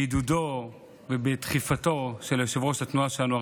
בעידודו ובדחיפתו של יושב-ראש התנועה שלנו,